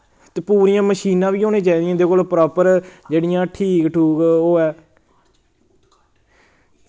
ते पूरियां मशीनां बी होने चाहिदियां इन्दे कोल प्रापर जेह्ड़ियां ठीक ठुक होऐ